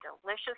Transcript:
delicious